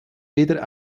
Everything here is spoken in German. weder